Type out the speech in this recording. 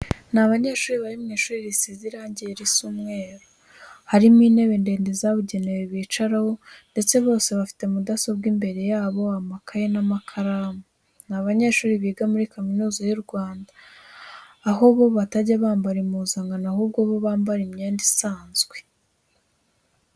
Ni abanyeshuri bari mu ishuri risize irange risa umweru, harimo intebe ndende zabugenewe bicaraho ndetse bose bafite mudasobwa imbere yabo, amakayi n'amakaramu. Ni abanyeshuri biga muri Kaminuza y'u Rwanda, aho bo batajya bambara impuzankano, ahubwo bo bambara imyenda isanzwe.